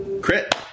Crit